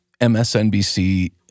MSNBC